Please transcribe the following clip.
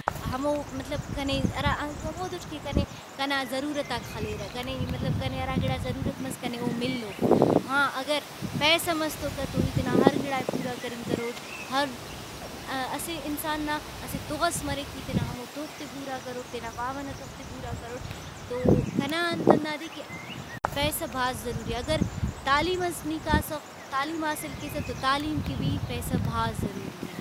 ہمو مطلب کنے ہرا ای ہمودُٹ کہ کنے کنا ضرورتاک خلیرہ کنے مطلب کنے ہرا گڑا ضرورت مس کنے او ملو ہاں اگر پیسہ مس تو کنتو ای تینا ہر گڑائے پورا کرنگ کروٹ ہر اسہ انسان نا اسہ تُغ ئس مریک ای تینا ہمو تُغ تے پورا کروٹ تینا باوہ نا تُغ تے پورا کروٹ تو کنا انت ہندادے کہ پیسہ بھاز ضروری اے اگر تعلیمس نی کاسہ تعلیم حاصل کیسہ تو تعلیم کہ بھی پیسہ بھاز ضروری اے۔